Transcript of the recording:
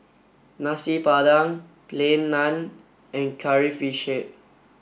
Nasi Padang Plain Naan and curry fish head